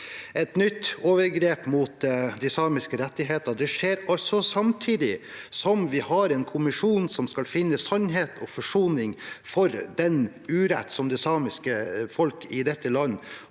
Et nytt overgrep mot de samiske rettighetene skjer altså samtidig som vi har en kommisjon som skal finne sannhet og forsoning for den urett som det samiske folk i dette landet